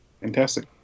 Fantastic